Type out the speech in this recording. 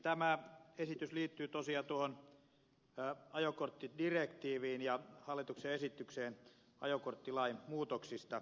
tämä esitys liittyy tosiaan tuohon ajokorttidirektiiviin ja hallituksen esitykseen ajokorttilain muutoksista